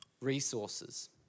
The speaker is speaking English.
resources